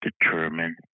determine